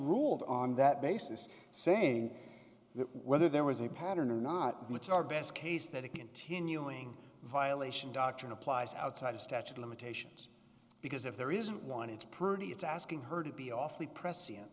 ruled on that basis saying that whether there was a pattern or not which are best case that a continuing violation doctrine applies outside of statute of limitations because if there isn't one it's pretty it's asking her to be awfully prescient